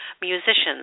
musicians